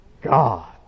God